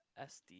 SD